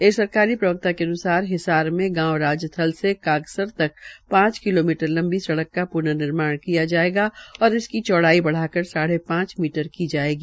एक सरकारी प्रवक्ता के अन्सार हिसार में गांव राजथल से कागसर तक पांच किलोमीटर लंबी सड़क का पूर्ननिर्माण किया जायेगा और इसकी चौडाई बढ़ाकर साढ़े पाच मीटर की जायेगी